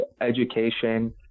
education